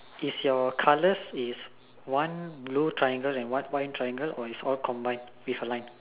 is your colors is one blue triangle and one white triangle or it's all combined with a line